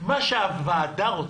מה שהוועדה רוצה,